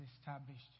established